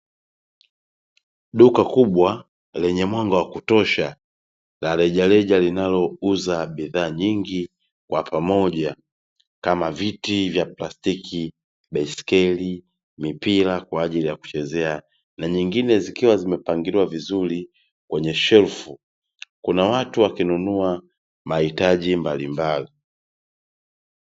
Duka kubwa lenye mwanga wa kutosha la rejareja linalouza bidhaa nyingi kwa pamoja, kama; viti vya plastiki, baskeli, mipira kwa ajili ya kuchezea, na nyingine zikiwa zimepangiliwa vizuri kwenye shelfu. Kuna watu wakinunua mahitaji mbalimbali.